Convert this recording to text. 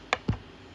um